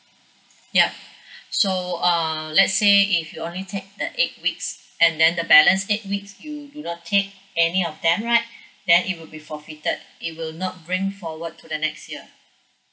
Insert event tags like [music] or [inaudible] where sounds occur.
yup [breath] so err let's say if you only take the eight weeks and then the balance eight weeks you do not take any of them right then it will be forfeited it will not bring forward to the next year